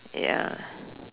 ya